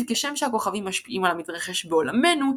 לפיו כשם שהכוכבים משפיעים על המתרחש בעולמנו,